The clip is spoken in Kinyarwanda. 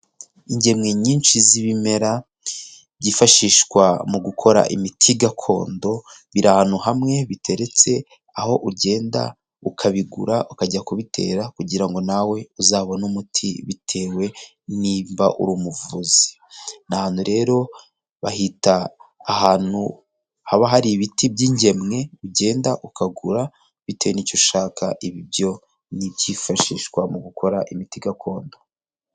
Ingemwe nyinshi z'ibimera byifashishwa mu gukora imiti gakondo biri ahantu hamwe biteretse aho ugenda ukabigura ukajya kubitera kugira ngo nawe uzabone umuti bitewe nimba uri umuvuzi ahantu rero bahita ahantu haba hari ibiti by'ingemwe ugenda ukagura bitewe nicyo ushaka byo nibyifashishwa mu gukora imiti gakondo.